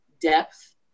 depth